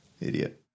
Idiot